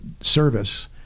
service